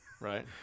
right